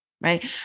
right